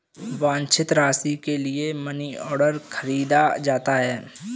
वांछित राशि के लिए मनीऑर्डर खरीदा जाता है